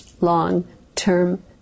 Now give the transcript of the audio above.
long-term